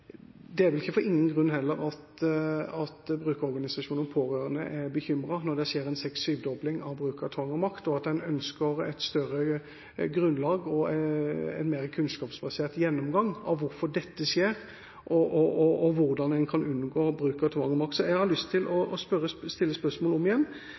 pårørende er bekymret når det blir en seks–syv-dobling av bruk av tvang og makt, og at en ønsker et større grunnlag og en mer kunnskapsbasert gjennomgang av hvorfor dette skjer, og hvordan en kan unngå å bruke tvang og makt. Jeg har lyst til å stille spørsmålet om igjen: